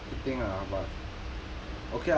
一定啦 but